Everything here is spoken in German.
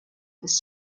des